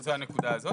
זו הנקודה הזאת.